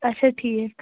اچھا ٹھیٖک